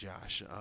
Josh